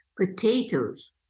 potatoes